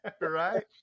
Right